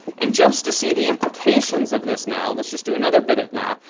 and just to see the implications of this, now, let's just do another bit of math.